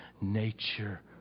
nature